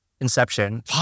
Inception